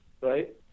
right